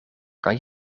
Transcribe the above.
kan